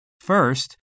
First